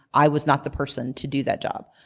i was not the person to do that job,